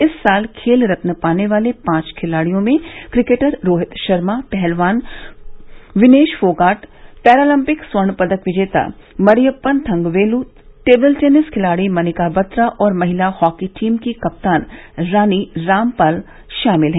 इस साल खेल रत्न पाने वाले पांच खिलाड़ियों में क्रिकेटर रोहित शर्मा पहलवान विनेश फोगाट पैरालंपिक स्वर्ण पदक विजेता मरियप्पन थंगवेल टेबल टेनिस खिलाड़ी मनिका बत्रा और महिला हॉकी टीम की कप्तान रानी रामपाल शामिल हैं